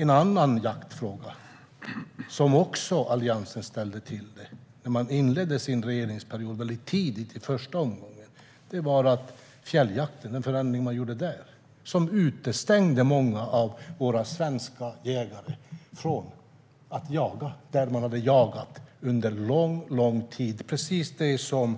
En annan jaktfråga där Alliansen också ställde till det när man inledde sin regeringsperiod tidigt i den första omgången var fjälljakten. Den förändring man gjorde där utestängde många av våra svenska jägare från att jaga där de hade jagat under lång tid. Precis som